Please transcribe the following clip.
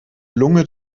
lunge